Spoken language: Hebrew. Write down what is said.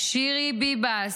שירי ביבס,